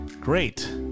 Great